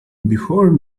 before